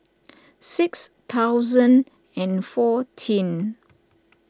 six thousand and fourteen